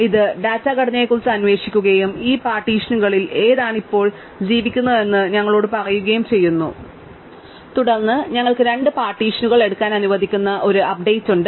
ഇത് ഡാറ്റ ഘടനയെക്കുറിച്ച് അന്വേഷിക്കുകയും ഈ പാർട്ടീഷനുകളിൽ ഏതാണ് ഇപ്പോൾ ജീവിക്കുന്നതെന്ന് ഞങ്ങളോട് പറയുകയും ചെയ്യുന്നു തുടർന്ന് ഞങ്ങൾക്ക് രണ്ട് പാർട്ടീഷനുകൾ എടുക്കാൻ അനുവദിക്കുന്ന ഒരു അപ്ഡേറ്റ് ഉണ്ട്